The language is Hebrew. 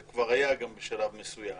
זה גם היה בשלב מסוים,